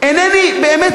באמת אינני מבין.